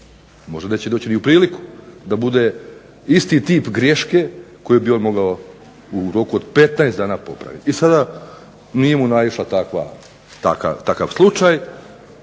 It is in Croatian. Možda neće doći ni u priliku da bude isti tip greške koju bi on mogao u roku od 15 dana popraviti. I sada nije mu naišao takav slučaj,